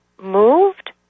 moved